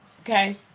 Okay